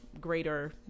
greater